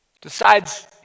decides